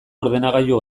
ordenagailu